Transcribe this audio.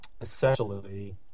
essentially